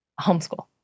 homeschool